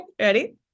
Ready